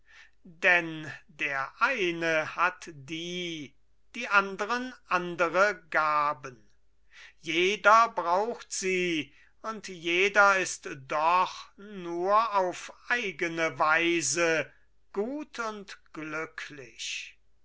denn der eine hat die die anderen andere gaben jeder braucht sie und jeder ist doch nur auf eigene weise gut und glücklich